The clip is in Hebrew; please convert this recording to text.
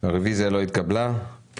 ובג"ץ